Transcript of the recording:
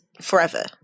forever